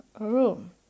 room